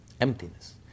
Emptiness